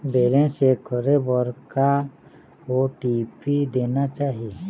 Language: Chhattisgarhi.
बैलेंस चेक करे बर का ओ.टी.पी देना चाही?